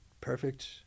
perfect